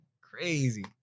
Crazy